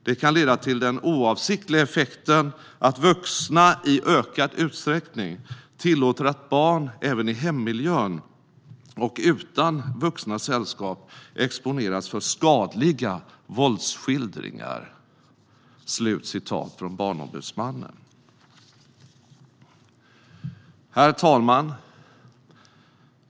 Det kan leda till den oavsiktliga effekten att vuxna i ökad utsträckning tillåter att barn även i hemmiljön och utan vuxnas sällskap exponeras för skadliga våldsskildringar." Herr talman!